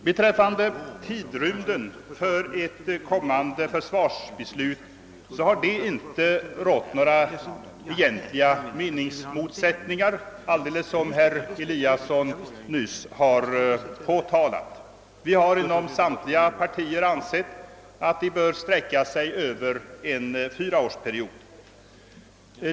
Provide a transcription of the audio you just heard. Beträffande tidrymden för ett kommande försvarsbeslut har det inte rått några egentliga meningsmotsättningar, vilket också herr Eliasson i Sundborn nyss framhållit. Vi har inom samtliga partier ansett att beslutet bör gälla under en fyraårsperiod.